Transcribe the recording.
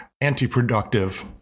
anti-productive